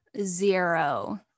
zero